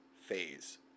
phase